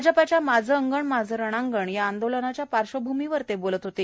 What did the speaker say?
भाजपाच्या माझं अंगण माझं रणांगण या आंदोलनाच्या पार्श्वभूमीवर ते बोलत होते